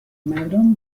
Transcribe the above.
مردم